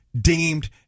deemed